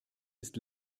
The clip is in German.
ist